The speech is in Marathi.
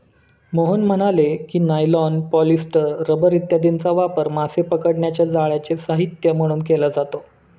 मोहन म्हणाले की, नायलॉन, पॉलिस्टर, रबर इत्यादींचा वापर मासे पकडण्याच्या जाळ्यांचे साहित्य म्हणून केला जातो